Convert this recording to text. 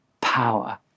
power